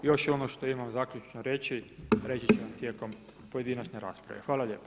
Još ono što imam zaključno reći, reći ću vam tijekom pojedinačne rasprave.